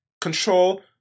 control